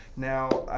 now,